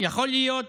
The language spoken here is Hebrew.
יכול להיות